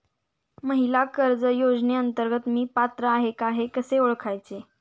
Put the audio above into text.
महिला कर्ज योजनेअंतर्गत मी पात्र आहे का कसे ओळखायचे?